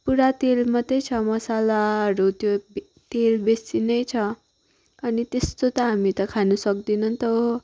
पुरा तेल मात्रै मासालाहरू त्यो तेल बेसी नै छ अनि त्यस्तो त हामी त खानु सक्दैन नि त हो